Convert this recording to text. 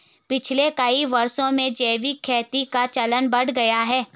पिछले कई वर्षों में जैविक खेती का चलन बढ़ गया है